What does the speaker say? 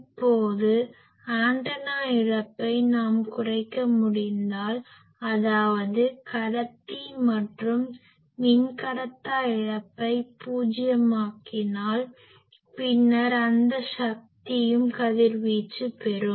இப்போது ஆண்டனா இழப்பை நாம் குறைக்க முடிந்தால் அதாவது கடத்தி மற்றும் மின்கடத்தா இழப்பை பூஜ்ஜியமாக்கினால் பின்னர் அந்த சக்தியும் கதிர்வீச்சு பெறும்